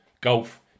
Golf